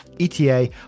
ETA